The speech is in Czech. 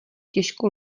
těžko